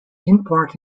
import